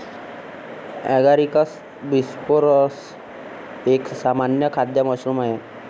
Agaricus bisporus एक सामान्य खाद्य मशरूम आहे